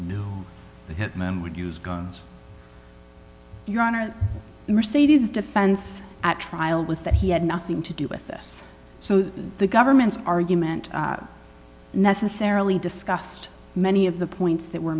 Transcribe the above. the hitman would use guns your honor mercedes defense at trial was that he had nothing to do with this so the government's argument necessarily discussed many of the points that we're